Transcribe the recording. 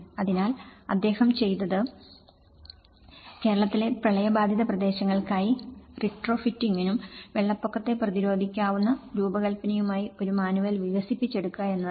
അതിനാൽ അദ്ദേഹം ചെയ്തത് കേരളത്തിലെ പ്രളയബാധിത പ്രദേശങ്ങൾക്കായി റിട്രോഫിറ്റിംഗിനും വെള്ളപ്പൊക്കത്തെ പ്രതിരോധിക്കാവുന്ന രൂപകല്പനയ്ക്കുമായി ഒരു മാനുവൽ വികസിപ്പിച്ചെടുക്കുക എന്നതാണ്